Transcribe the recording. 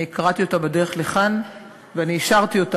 אני קראתי אותה בדרך לכאן ואני אישרתי אותה